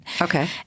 Okay